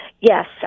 Yes